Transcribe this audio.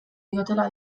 diotela